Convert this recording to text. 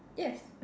yes